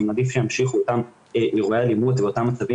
אם עדיף שימשיכו אותם אירועי אלימות ואותם מצבים